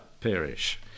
perish